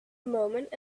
moment